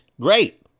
great